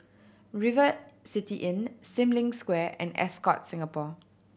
River City Inn Sim Lim Square and Ascott Singapore